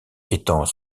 étant